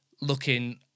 looking